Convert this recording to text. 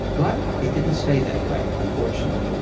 but it didn't stay that way unfortunately.